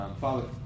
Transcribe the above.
Father